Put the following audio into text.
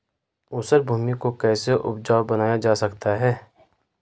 ऊसर भूमि को कैसे उपजाऊ बनाया जा सकता है?